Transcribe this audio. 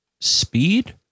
speed